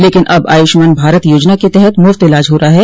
लकिन अब आयुष्मान भारत योजना के तहत मुफ्त इलाज हो रहा है